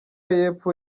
y’epfo